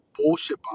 bullshit